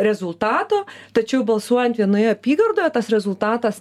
rezultato tačiau balsuojant vienoje apygardoje tas rezultatas